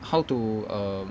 how to err